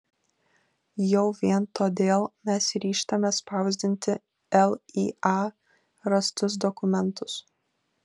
jau vien todėl mes ryžtamės spausdinti lya rastus dokumentus